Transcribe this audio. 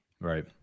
right